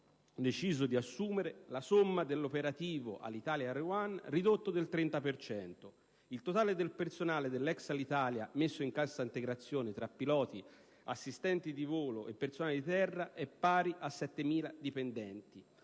deciso di assumere la somma dell'operativo Alitalia-Air One ridotto del 30 per cento. Il totale del personale dell'ex Alitalia messo in cassa integrazione, tra piloti, assistenti di volo e personale di terra, è pari a 7.000 dipendenti.